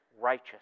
righteous